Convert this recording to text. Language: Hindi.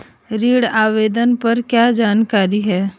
ऋण आवेदन पर क्या जानकारी है?